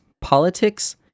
politics